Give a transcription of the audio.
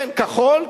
כן, כחול?